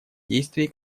действий